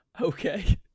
Okay